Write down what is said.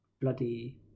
bloody